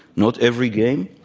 not every game.